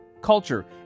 culture